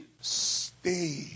Stay